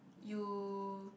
you